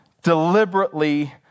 deliberately